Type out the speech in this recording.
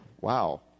Wow